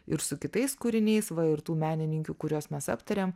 ir su kitais kūriniais va ir tų menininkių kurias mes aptarėm